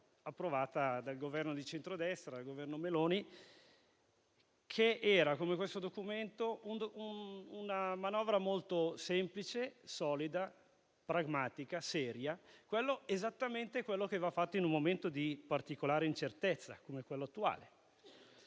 approvata dal Governo Meloni di centrodestra che, come questo documento, era una manovra molto semplice, solida, pragmatica, seria, esattamente quello che va fatto in un momento di particolare incertezza come quello attuale.